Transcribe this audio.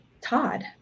Todd